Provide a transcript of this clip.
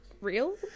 real